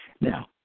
Now